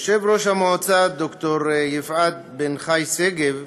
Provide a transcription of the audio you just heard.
יושבת-ראש המועצה, ד"ר יפעת בן חי שגב,